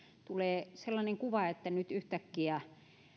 tulee sellainen kuva että nyt yhtäkkiä